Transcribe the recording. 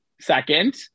second